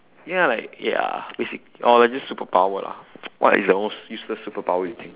ya like ya basic~ or just superpower lah what is the most useless superpower you think